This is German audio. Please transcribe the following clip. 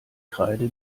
kreide